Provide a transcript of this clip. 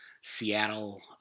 Seattle